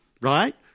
Right